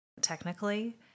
Technically